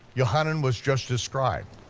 yochanan was just a scribe,